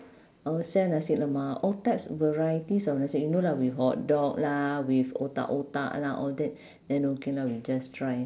oh sell nasi lemak all types varieties of nasi you know lah with hotdog lah with otah otah lah all that then okay lah we just try